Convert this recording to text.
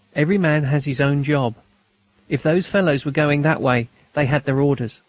every man has his own job if those fellows were going that way they had their orders,